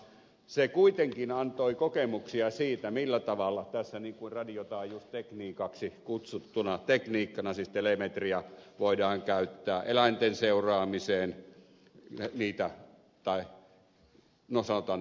se kuitenkin antoi kokemuksia siitä millä tavalla tätä radiotaajuustekniikaksi kutsuttua tekniikkaa siis telemetriaa voidaan käyttää eläinten seuraamiseen no sanotaan että niitä vahingoittamatta